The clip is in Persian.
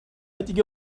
دیگه